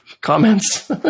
Comments